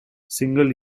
single